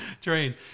train